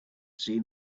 seen